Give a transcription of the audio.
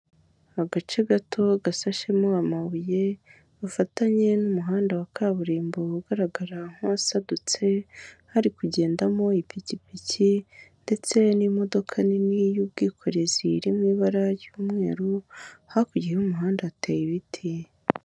Agace gato gasashemo amabuye gafatanye n'umuhanda wa kaburimbo ugaragara nk'uwasadutse, hari kugendamo ipikipiki ndetse n'imodoka nini y'ubwikorezi iri mu ibara ry'umweru, hakurya y'umuhanda hateye ibiti.